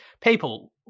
people